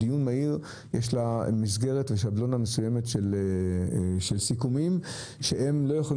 דיון מהיר יש לו מסגרת ושבלונה מסוימת של סיכומים שהם לא יכולים